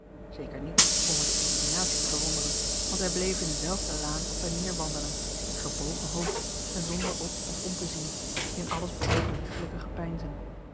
zeker niet om er de illuminatie te bewonderen want hij bleef in een zelfde laan op en neer wandelen met gebogen hoofd en zonder op of om te zien in alles behalve liefelijke gepeinzen